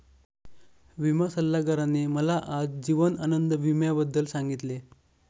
विमा सल्लागाराने मला आज जीवन आनंद विम्याबद्दल सांगितले